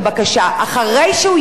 אחרי שהוא ירד,